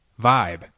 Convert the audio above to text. vibe